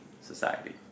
society